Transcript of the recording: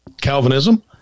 Calvinism